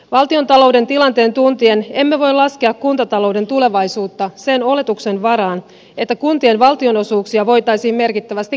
valtiontalouden tilanteen tuntien emme voi laskea kuntatalouden tulevaisuutta sen oletuksen varaan että kuntien valtionosuuksia voitaisiin merkittävästi kasvattaa